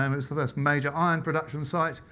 um it was the first major iron production site.